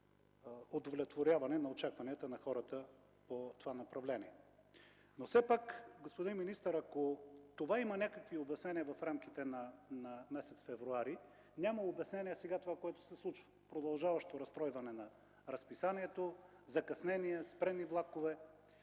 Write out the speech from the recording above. удовлетворяване на очакванията на хората, пътуващи по това направление. Но все пак, господин министър, ако за това има някакви обяснения в рамките на месец февруари, няма обяснение това, което се случва сега – продължаващо разстройване на разписанието, закъснения, спрени влакове.